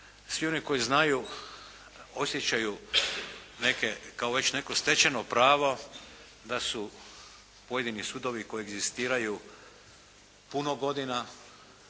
svi oni koji znaju osjećaju neke kao već neko stečeno pravo da su pojedini sudovi koegzistiraju puno godina,